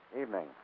Evening